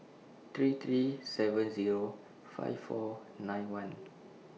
three three seven Zero five four nine one